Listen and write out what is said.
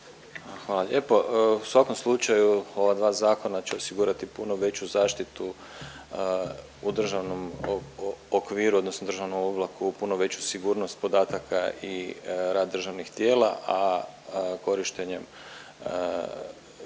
Hvala lijepo. U svakom slučaju, ova dva zakona će osigurati puno veću zaštitu u državnom okviru odnosno državnom oblaku puno veću sigurnost podataka i rad državnih tijela, a korištenje